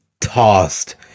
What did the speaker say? tossed